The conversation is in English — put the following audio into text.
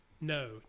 No